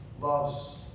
loves